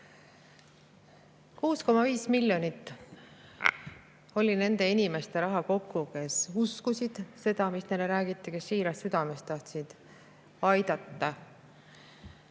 6,5 miljonit eurot oli kokku nende inimeste raha, kes uskusid seda, mida neile räägiti, ja kes siirast südamest tahtsid aidata.